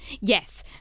Yes